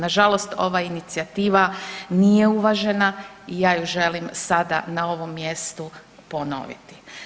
Nažalost, ova inicijativa nije uvažena i ja ju želim sada na ovom mjestu ponoviti.